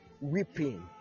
weeping